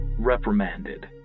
Reprimanded